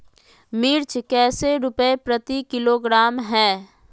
मिर्च कैसे रुपए प्रति किलोग्राम है?